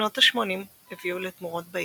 שנות השמונים הביאו לתמורות בעיר.